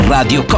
Radio